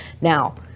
now